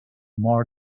more